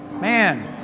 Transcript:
Man